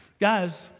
Guys